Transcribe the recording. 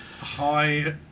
hi